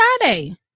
Friday